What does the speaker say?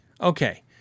Okay